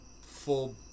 full